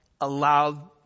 allowed